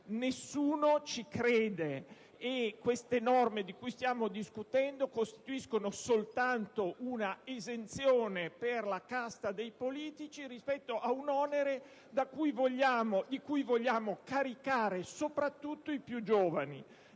è dunque evidente che le norme delle quali stiamo discutendo costituiscono soltanto una esenzione per la casta dei politici, rispetto a un onere di cui vogliamo caricare soprattutto i più giovani.